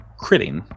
critting